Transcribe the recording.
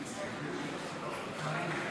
הצעת חוק הפיקוח על שירותים פיננסיים (שירותים פיננסיים חוץ-מוסדיים),